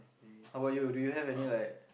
how about you do you have any like